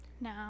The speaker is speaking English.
No